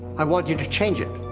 i want you to change it.